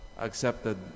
accepted